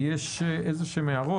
יש הערות?